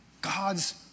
God's